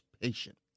patient